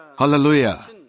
Hallelujah